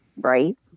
Right